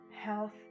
health